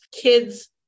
Kids